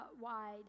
wide